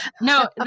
No